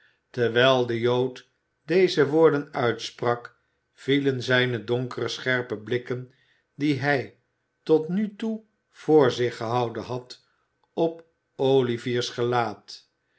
terwijl de jood deze woorden uitsprak vielen zijne donkere scherpe blikken die hij tot nu toe voor zich gehouden had op olivier's gelaat